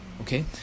Okay